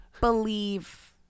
believe